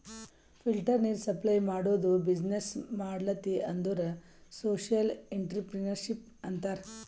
filter ನೀರ್ supply ಮಾಡದು business ಮಾಡ್ಲತಿ ಅಂದುರ್ ಸೋಶಿಯಲ್ ಇಂಟ್ರಪ್ರಿನರ್ಶಿಪ್ ಅಂತಾರ್